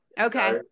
okay